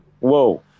Whoa